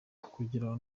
kugira